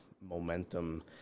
momentum